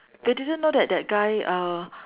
they didn't know that that guy uh